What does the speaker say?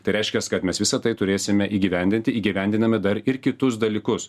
tai reiškias kad mes visa tai turėsime įgyvendinti įgyvendinami dar ir kitus dalykus